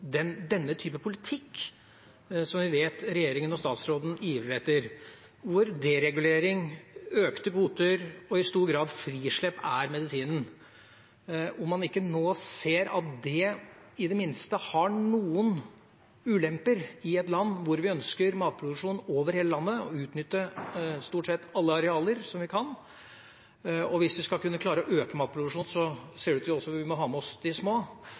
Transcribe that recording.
denne typen politikk, som vi vet regjeringa og statsråden ivrer etter, hvor deregulering, økte kvoter og i stor grad frislepp er medisinen. Ser man ikke nå at det i det minste har noen ulemper i et land hvor vi ønsker matproduksjon over hele landet og å utnytte alle arealer som vi kan, og hvis vi skal kunne klare å øke matproduksjonen, ser det ut til at vi også må ha med oss de små.